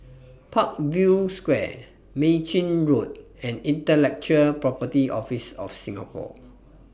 Parkview Square Mei Chin Road and Intellectual Property Office of Singapore